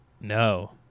No